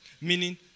Meaning